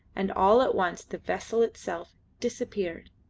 and all at once the vessel itself disappeared,